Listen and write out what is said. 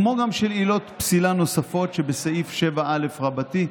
כמו גם של עילות פסילה נוספות שבסעיף 7א רבתי,